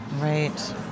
Right